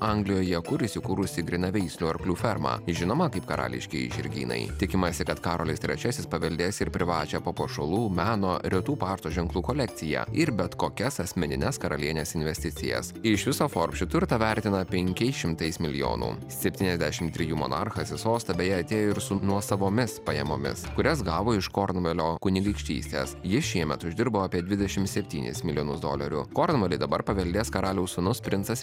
anglijoje kur įsikūrusi grynaveislių arklių ferma žinoma kaip karališkieji žirgynai tikimasi kad karolis trečiasis paveldės ir privačią papuošalų meno retų pašto ženklų kolekciją ir bet kokias asmenines karalienės investicijas iš viso forb šį turtą vertina penkiais šimtais milijonų septyniasdešim trijų monarchas į sostą beje atėjo ir su nuosavomis pajamomis kurias gavo iš kornvalio kunigaikštystės jis šiemet uždirbo apie dvidešim septynis milijonus dolerių kornvalį dabar paveldės karaliaus sūnus princas